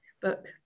Book